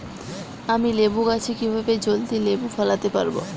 আমি লেবু গাছে কিভাবে জলদি লেবু ফলাতে পরাবো?